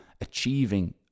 achieving